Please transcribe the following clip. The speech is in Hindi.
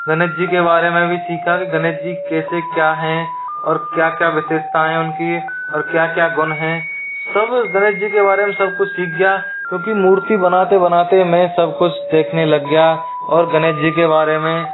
गणेश जी के बारे में भी सीखा कि गणेश जी कैसे क्या हैं और क्या क्या विसेषता हैं उनकी और क्या क्या गुण हैं सब गणेश जी के बारे में सब कुछ सीख गया क्योंकि मूर्ति बनाते बनाते मैं सब कुछ देखने लग गया और गणेश जी के बारे में